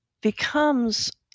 becomes